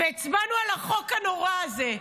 והצבענו על החוק הנורא הזה.